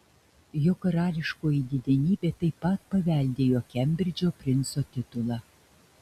jo karališkoji didenybė taip pat paveldėjo kembridžo princo titulą